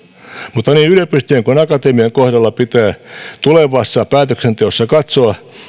mutta niin yliopistojen kuin akatemian kohdalla pitää tulevassa päätöksenteossa katsoa